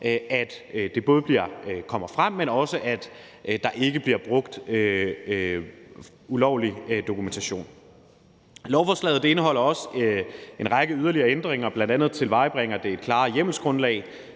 at det både kommer frem, men også at der ikke bliver brugt ulovlig dokumentation. Lovforslaget indeholder også en række yderligere ændringer, bl.a. tilvejebringer det et klarere hjemmelsgrundlag